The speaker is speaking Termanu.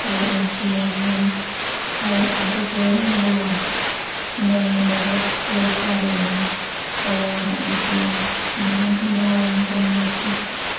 kae ujian dan au acc neme bula ne ndia de bula falu bomo lalo ami ujian de mungkin dia au untung ndia.